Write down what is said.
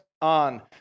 on